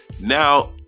Now